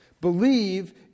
believe